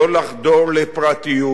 לא לחדור לפרטיות.